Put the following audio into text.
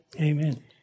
Amen